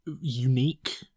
unique